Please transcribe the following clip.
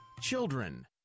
children